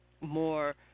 more